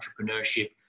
entrepreneurship